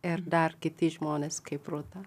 ir dar kiti žmonės kaip rūta